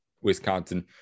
Wisconsin